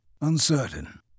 uncertain